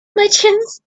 martians